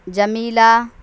جمیلہ